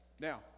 Now